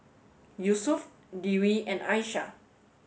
Yusuf Dewi and Aishah